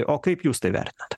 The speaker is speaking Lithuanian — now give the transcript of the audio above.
o kaip jūs tai vertinat